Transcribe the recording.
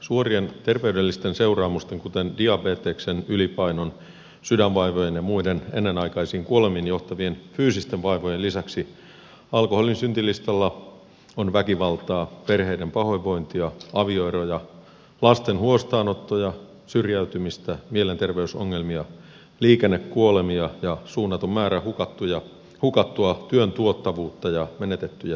suorien terveydellisten seuraamusten kuten diabeteksen ylipainon sydänvaivojen ja muiden ennenaikaisiin kuolemiin johtavien fyysisten vaivojen lisäksi alkoholin syntilistalla on väkivaltaa perheiden pahoinvointia avioeroja lasten huostaanottoja syrjäytymistä mielenterveysongelmia liikennekuolemia ja suunnaton määrä hukattua työn tuottavuutta ja menetettyjä työtunteja